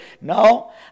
No